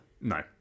No